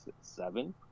seven